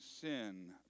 sin